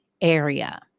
area